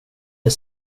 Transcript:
det